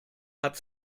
hat